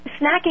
snacking